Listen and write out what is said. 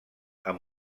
amb